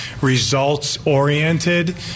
results-oriented